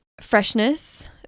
freshness